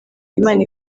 imana